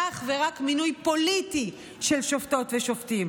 אך ורק מינוי פוליטי של שופטות ושופטים,